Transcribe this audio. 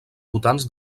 votants